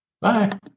Bye